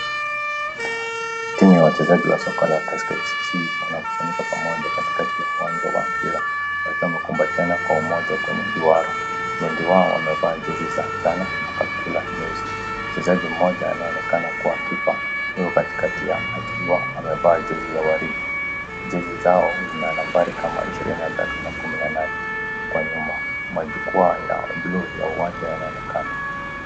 Timu ya wachezaji wa soka la Taska FC wanakusanyika pamoja katikati ya uwanja wa mpira. Wakiwa wamekumbatiana kwa umoja kwenye duara. Wengi wao wamevaa jezi za njano na kaptula nyeusi. Mchezaji mmoja anaonekana kuwa kipa yuko katikati ya akiwa amevaa jezi ya waridi. Jezi zao zina nambari kama 23 na 18. Kwa nyuma majukwaa ya blue ya uwanja yanaonekana.